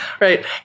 Right